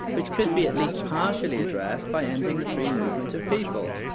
which could be at least partially addressed by ending the free movement of people.